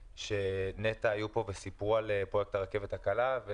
כשנת"ע היו פה וסיפרו על פרויקט הרכבת הקלה.